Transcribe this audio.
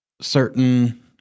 certain